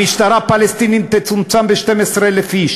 המשטרה הפלסטינית תצומצם ב-12,000 איש.